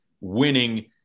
winning